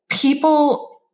people